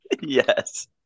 Yes